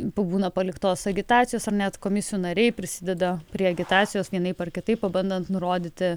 būna paliktos agitacijos ar net komisijų nariai prisideda prie agitacijos vienaip ar kitaip pabandant nurodyti